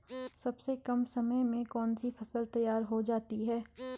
सबसे कम समय में कौन सी फसल तैयार हो जाती है?